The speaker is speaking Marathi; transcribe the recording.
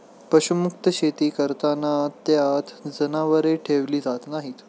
पशुमुक्त शेती करताना त्यात जनावरे ठेवली जात नाहीत